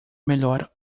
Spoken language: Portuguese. melhor